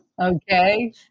Okay